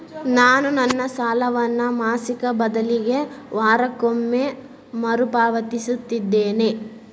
ನಾನು ನನ್ನ ಸಾಲವನ್ನು ಮಾಸಿಕ ಬದಲಿಗೆ ವಾರಕ್ಕೊಮ್ಮೆ ಮರುಪಾವತಿಸುತ್ತಿದ್ದೇನೆ